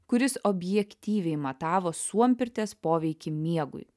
kuris objektyviai matavo suompirties poveikį miegui